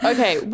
Okay